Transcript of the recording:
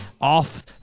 off